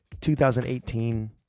2018